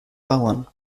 bauern